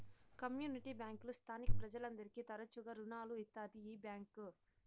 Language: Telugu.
కమ్యూనిటీ బ్యాంకులు స్థానిక ప్రజలందరికీ తరచుగా రుణాలు ఇత్తాది ఈ బ్యాంక్